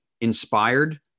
inspired